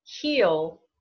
heal